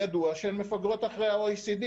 ידוע שהן מפגרות אחרי ה-OECD.